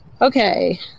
Okay